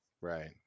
Right